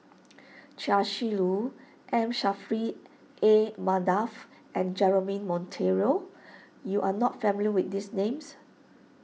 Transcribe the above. Chia Shi Lu M Saffri A Manaf and Jeremy Monteiro you are not familiar with these names